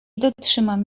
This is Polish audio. dotrzymam